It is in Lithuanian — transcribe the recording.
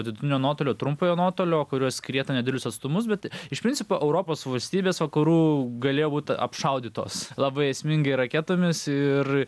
vidutinio nuotolio trumpojo nuotolio kurios skrietų nedidelius atstumus bet iš principo europos valstybės vakarų galėjo būt apšaudytos labai esmingai raketomis ir